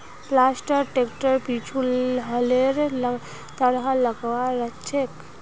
planter ट्रैक्टरेर पीछु हलेर तरह लगाल रह छेक